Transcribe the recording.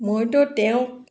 মইতো তেওঁক